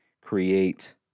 create